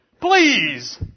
Please